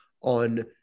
on